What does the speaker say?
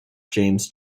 james